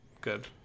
good